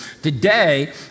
Today